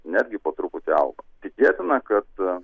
netgi po truputį auga tikėtina kad